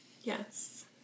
Yes